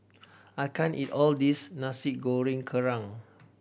I can't eat all this Nasi Goreng Kerang